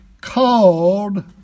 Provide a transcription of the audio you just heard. called